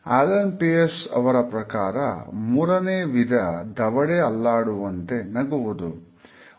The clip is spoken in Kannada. ಅಲೆನ್ ಪೀಸ್ ಅವರ ಪ್ರಕಾರ ಮೂರನೇ ವಿಧ ದವಡೆ ಅಲ್ಲಾಡುವಂತೆ ನಗುವುದು